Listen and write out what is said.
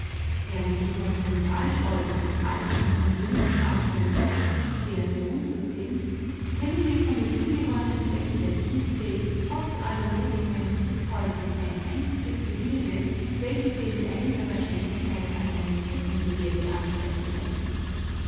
während die kontinentalschollen von alten und jungen faltungen kreuz und quer gerunzelt sind kennen wir von den ungeheuren flächen der tiefsee trotz aller lotungen bisher kein einziges gebilde welches wir mit einiger wahrscheinlichkeit als ein kettengebirge ansprechen könnten